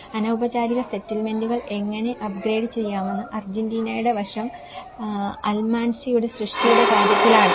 അനൌപചാരിക സെറ്റിൽമെന്റുകൾ എങ്ങനെ അപ്ഗ്രേഡ് ചെയ്യാമെന്ന് അർജന്റീനയുടെ വശം അൽമാൻസിയുടെ സൃഷ്ടിയുടെ കാര്യത്തിലാണിത്